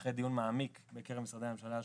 אחרי דיון מעמיק בקרב משרדי הממשלה השונים.